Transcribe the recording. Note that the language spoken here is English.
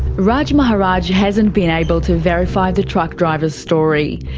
raj maharaj hasn't been able to verify the truck driver's story.